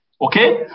Okay